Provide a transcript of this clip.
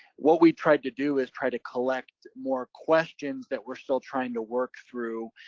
what we tried to do is try to collect more questions that we're still trying to work through,